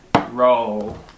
Roll